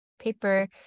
paper